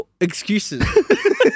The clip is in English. Excuses